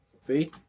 See